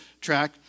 track